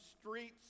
streets